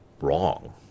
wrong